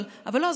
אבל לא,